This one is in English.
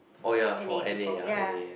of N A people ya